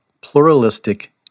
pluralistic